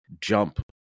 jump